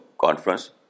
conference